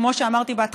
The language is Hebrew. כמו שאמרתי בהתחלה,